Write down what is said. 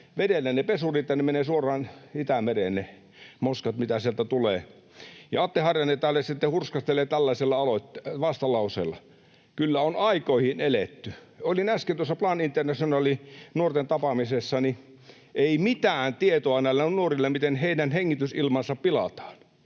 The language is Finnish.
vedellä, ja ne moskat menevät suoraan Itämereen, mitä sieltä tulee. Atte Harjanne täällä sitten hurskastelee tällaisella vastalauseella. Kyllä on aikoihin eletty. Olin äsken tuossa Plan Internationalin nuorten tapaamisessa. Ei mitään tietoa ole näillä nuorilla, miten heidän hengitysilmansa pilataan.